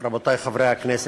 רבותי חברי הכנסת,